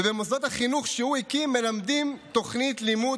ובמוסדות החינוך שהוא הקים מלמדים תוכנית לימוד